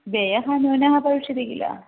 व्ययः न्यूनः भविष्यति किल